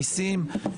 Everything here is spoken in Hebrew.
מיסים,